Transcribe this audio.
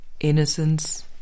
Innocence